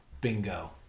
Bingo